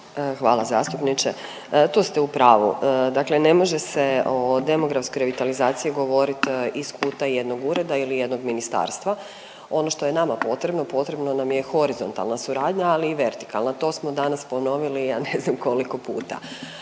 Hvala zastupniče. Tu ste u pravu. Dakle ne može se o demografskoj revitalizaciji govoriti iz kuta jednog ureda ili jednog ministarstva. Ono što je nama potrebno, potrebna nam je horizontalna suradnja, ali i vertikalna, to smo danas ponovili ja ne znam koliko puta.